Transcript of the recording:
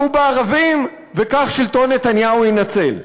הכו בערבים וכך שלטון נתניהו יינצל.